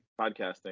podcasting